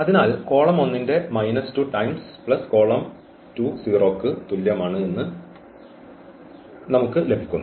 അതിനാൽ കോളം 1 ന്റെ minus 2 times plus column 2 zero ക്ക് തുല്യമാണ് എന്ന് നമുക്ക് ലഭിക്കുന്നു